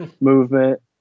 movement